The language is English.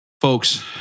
Folks